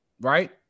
right